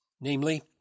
namely